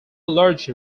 large